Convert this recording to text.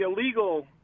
illegal